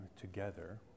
together